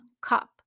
cup